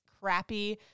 crappy